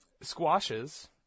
Squashes